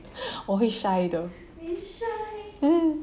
我会 shy 的 mm